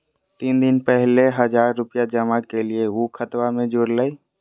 तीन दिन पहले हजार रूपा जमा कैलिये, ऊ खतबा में जुरले?